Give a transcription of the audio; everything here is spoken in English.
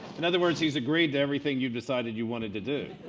in other words he's agreed to everything you've decided you want to to do.